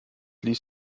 ließ